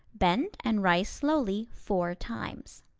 bend and rise slowly four times.